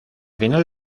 final